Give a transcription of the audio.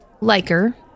liker